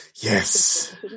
Yes